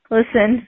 listen